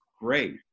great